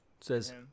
says